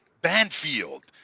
banfield